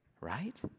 Right